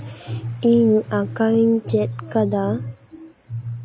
ᱤᱧ ᱟᱸᱠᱟᱣ ᱤᱧ ᱪᱮᱫ ᱠᱟᱫᱟ